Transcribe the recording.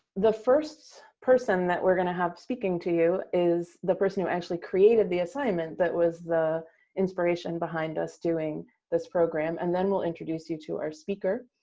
the first person that we're going to have speaking to you is the person who actually created the assignment that was the inspiration behind us doing this program. and then we'll introduce you to our speaker.